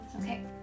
Okay